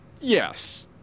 Yes